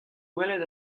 welet